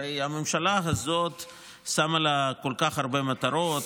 הרי הממשלה הזאת שמה לה כל כך הרבה מטרות,